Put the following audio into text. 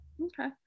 Okay